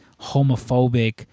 homophobic